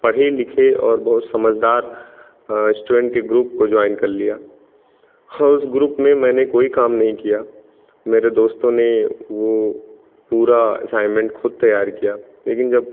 पढ़े लिखे और बहुत समझदार स्टूडेंट के ग्रूप को जॉइन कर लिया और उस ग्रूप में मैंने कोई काम नहीं किया मेरे दोस्तों ने वो पूरा असाइनमेंट खुद तैयार किया लेकिन जब